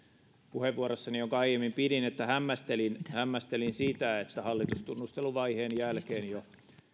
puheenvuorossani jonka aiemmin pidin että hämmästelen hämmästelen sitä että jo hallitustunnusteluvaiheen jälkeen